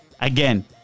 again